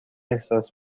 احساس